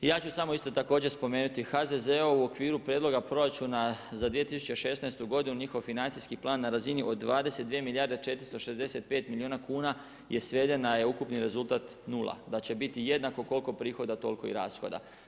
Ja ću samo isto također spomenuti HZZO u okviru prijedloga proračuna za 2016. godinu i njihov financijski plan na razini od 22 milijarde 465 milijuna kuna, je sveden na ukupni rezultat 0. Da će biti jednako koliko prihoda toliko i rashoda.